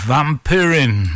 Vampirin